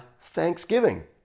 thanksgiving